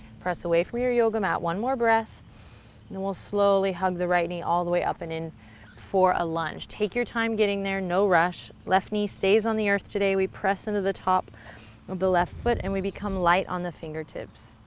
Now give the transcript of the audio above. press away from your yoga mat, one more breath then we'll slowly hug the right knee all the way up and in for a lunge. take your time getting there, no rush. left knee stays on the earth today. we press into the top of the left foot and we become light on the fingertips.